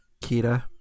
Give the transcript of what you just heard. Kita